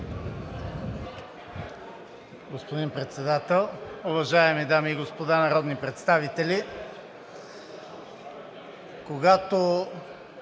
Господин Председател, уважаеми дами и господа народни представители! Когато